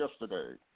yesterday